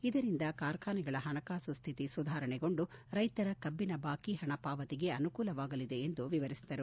ಇದರಿಂದ ಕಾರ್ಖಾನೆಗಳ ಪಣಕಾಸು ಸ್ತಿತಿ ಸುಧಾರಣೆಗೊಂಡು ರೈತರ ಕಬ್ಲಿನ ಬಾಕಿ ಹಣ ಪಾವತಿಗೆ ಅನುಕೂಲವಾಗಲಿದೆ ಎಂದು ವಿವರಿಸಿದರು